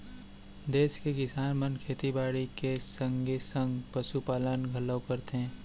देस के किसान मन खेती बाड़ी के संगे संग पसु पालन घलौ करथे